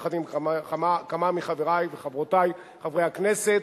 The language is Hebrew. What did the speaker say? יחד עם כמה מחברי וחברותי חברי הכנסת,